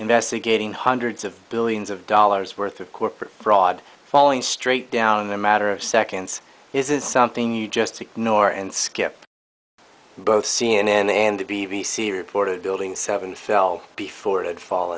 investigating hundreds of billions of dollars worth of corporate fraud falling straight down a matter of seconds isn't something you just ignore and skip both c n n and the b b c reported building seven fell before it had fall